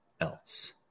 else